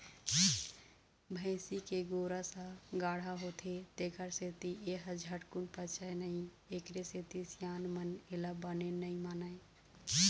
भइसी के गोरस ह गाड़हा होथे तेखर सेती ए ह झटकून पचय नई एखरे सेती सियान मन एला बने नइ मानय